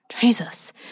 Jesus